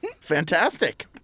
Fantastic